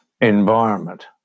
environment